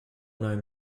known